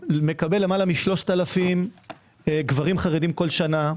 מקבל למעלה מ-3,000 גברים חרדים מדי שנה,